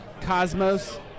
Cosmos